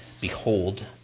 Behold